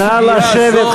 נא לשבת,